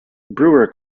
brewer